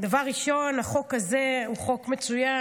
דבר ראשון החוק הזה הוא חוק מצוין.